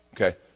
Okay